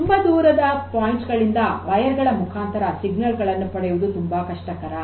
ತುಂಬ ದೂರದ ಪಾಯಿಂಟ್ಸ್ ಗಳಿಂದ ತಂತಿಗಳ ಮುಖಾಂತರ ಸಿಗ್ನಲ್ ಗಳನ್ನು ಪಡೆಯುವುದು ತುಂಬ ಕಷ್ಟಕರ